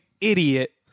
idiot